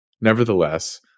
Nevertheless